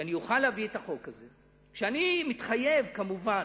שאני אוכל להביא את החוק הזה, ואני מתחייב כמובן